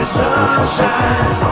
sunshine